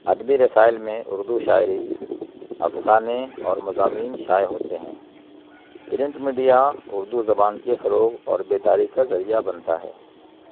ادبی رسائل میں اردو شاعری افسانے اور مضامین شائع ہوتے ہیں پرنٹ میڈیا اردو زبان کے فروغ اور بیداری کا ذریعہ بنتا ہے